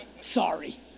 Sorry